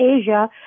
Asia